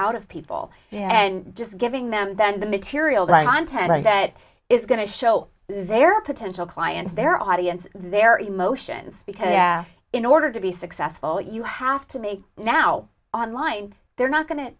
out of people and just giving them then the material that content that is going to show their potential clients their audience their emotions because yeah in order to be successful you have to make now online they're not go